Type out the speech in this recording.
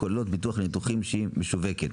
הכוללות ביטוח ניתוחים שהיא משווקת.